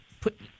put